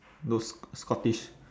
those scottish